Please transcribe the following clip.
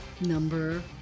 Number